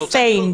אני